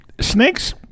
snakes